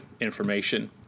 information